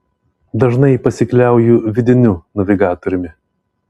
dažnai pasikliauju vidiniu navigatoriumi